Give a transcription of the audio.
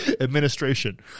administration